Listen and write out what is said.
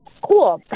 cool